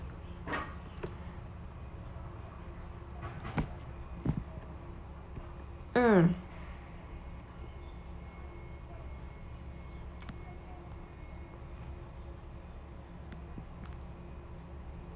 mm